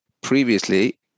previously